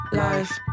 life